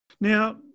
Now